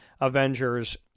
Avengers